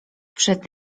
przed